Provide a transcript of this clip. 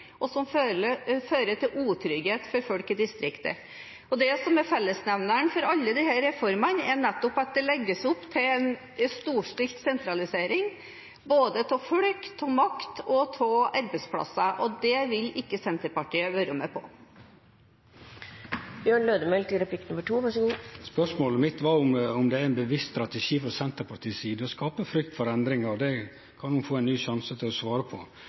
til sentralisering, som fører til et annet bosetningsmønster i Norge, og som fører til utrygghet for folk i distriktet. Og det som er fellesnevneren for alle disse reformene, er nettopp at det legges opp til en storstilt sentralisering – både av folk, av makt og av arbeidsplasser. Det vil ikke Senterpartiet være med på. Spørsmålet mitt var om det er ein bevisst strategi frå Senterpartiet si side å skape frykt for endringar, og det kan representanten få ein ny sjanse til å svare på.